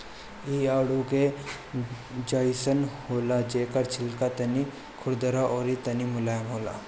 इ आडू के जइसन होला जेकर छिलका तनी खुरदुरा अउरी तनी मुलायम होला